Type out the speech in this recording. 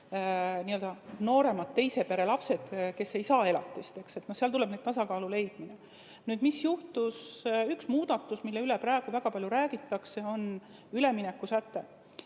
nooremad, teise pere lapsed, kes ei saa elatist. Seal tuleb nüüd tasakaal leida. Üks muudatus, millest praegu väga palju räägitakse, on üleminekusäte.